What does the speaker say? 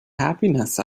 happiness